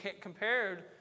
compared